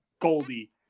Goldie